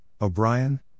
O'Brien